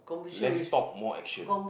less talk more action